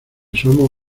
somos